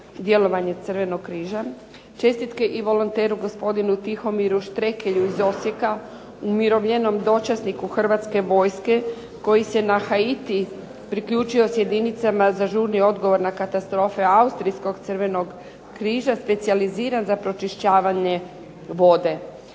djelovanje Crvenog križa. Čestitke i volonteru gospodinu Tihomiru Štrekelju iz Osijeka, umirovljenom dočasniku Hrvatske vojske koji se na Haiti priključio s jedinicama za žurni odgovor na katastrofe austrijskog Crvenog križa specijaliziran za pročišćavanje vode.